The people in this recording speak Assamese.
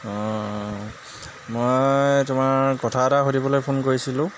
মই তোমাৰ কথা এটা সুধিবলৈ ফোন কৰিছিলো